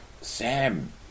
Sam